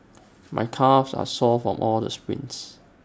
my calves are sore from all the sprints